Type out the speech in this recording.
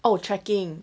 oh trekking